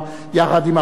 יחד עם אבסדזה,